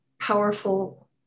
powerful